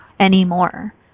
anymore